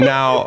Now